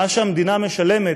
מה שהמדינה משלמת,